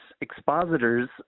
expositors